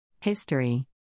History